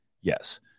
Yes